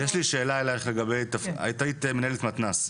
את היית מנהלת מתנ"ס,